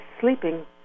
sleeping